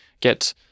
get